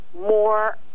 more